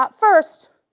but first,